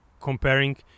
comparing